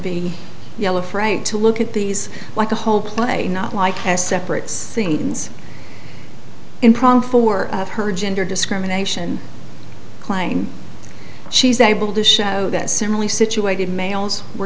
be yellow frank to look at these like a whole play not like has separates things in problem for her gender discrimination claim she's able to show that similarly situated males were